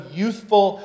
youthful